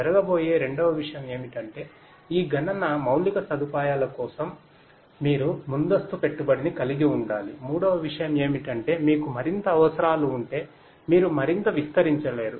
జరగబోయే రెండవ విషయం ఏమిటంటే ఈ గణన మౌలిక సదుపాయాల కోసం మీరు ముందస్తు పెట్టుబడిని కలిగి ఉండాలి మూడవ విషయం ఏమిటంటే మీకు మరింత అవసరాలు ఉంటే మీరు మరింత విస్తరించలేరు